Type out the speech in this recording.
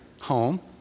home